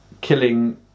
killing